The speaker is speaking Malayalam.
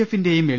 എഫിന്റെയും എൽ